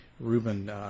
Ruben